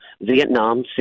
Vietnam